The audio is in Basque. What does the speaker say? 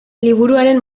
liburuaren